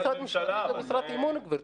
מנכ"ל משרד ממשלתי זה משרת אמון, גברתי.